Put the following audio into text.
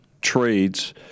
trades